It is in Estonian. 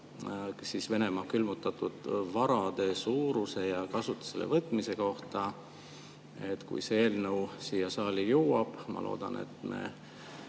teile Venemaa külmutatud varade suuruse ja kasutusele võtmise kohta. Kui see eelnõu siia saali jõuab, siis ma loodan, et me